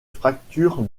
fracture